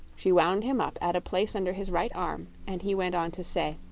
she wound him up at a place under his right arm and he went on to say